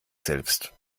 selbst